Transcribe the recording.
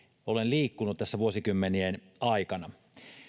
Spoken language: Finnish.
olen liikkunut tässä vuosikymmenien aikana